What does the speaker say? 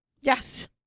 Yes